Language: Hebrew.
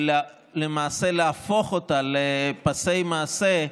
ולמעשה לעלות אותה לפסי מעשה,